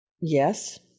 Yes